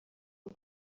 ubu